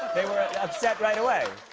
they were upset right away.